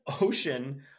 ocean